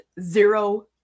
zero